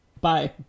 Bye